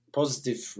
positive